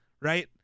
right